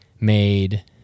made